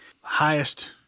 highest